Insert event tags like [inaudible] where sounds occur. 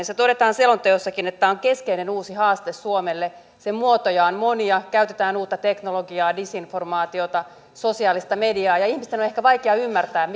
[unintelligible] se todetaan selonteossakin että tämä on keskeinen uusi haaste suomelle sen muotoja on monia käytetään uutta teknologiaa disinformaatiota sosiaalista mediaa ihmisten on ehkä vaikea ymmärtää [unintelligible]